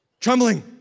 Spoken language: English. trembling